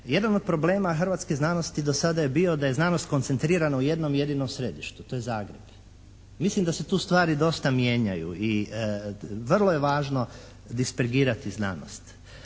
jedan od problema hrvatske znanosti do sada je bio da je znanost koncentrirana u jednom jedinom središtu, to je Zagreb. Mislim da se tu stvari dosta mijenjaju i vrlo je važno dispergirati znanost